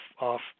off